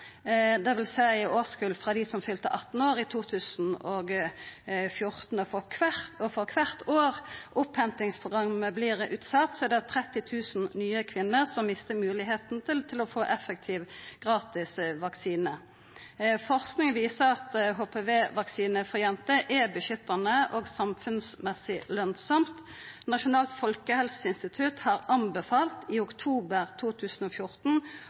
frå dei som fylte 18 år i 2014. For kvart år innhentingsprogrammet vert utsett, er det 30 000 nye kvinner som mistar moglegheita til å få effektiv, gratis vaksine. Forsking viser at HPV-vaksine for jenter er beskyttande og samfunnsmessig lønsamt. Nasjonalt folkehelseinstitutt har i oktober 2014